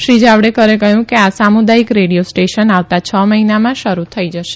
શ્રી જાવડેકરે કહયું કે આ સામુદાથિક રેડીયો સ્ટેશન આવતા છ મહિનામાં શરૂ થઈ જશે